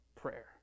prayer